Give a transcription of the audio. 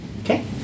Okay